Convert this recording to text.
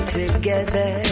together